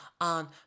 on